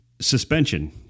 suspension